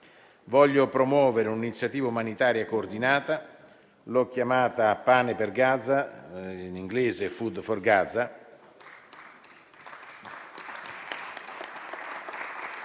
Desidero promuovere un'iniziativa umanitaria coordinata, che ho chiamato «Pane per Gaza», in inglese «Food for Gaza».